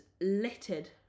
littered